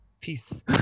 peace